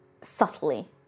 subtly